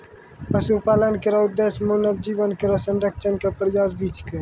पशुपालन केरो उद्देश्य मानव जीवन केरो संरक्षण क प्रयास भी छिकै